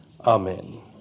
Amen